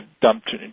dumped